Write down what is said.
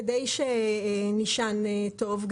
כדי שנישן טוב,